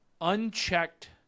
unchecked